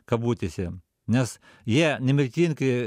kabutėse nes jie nemirtingi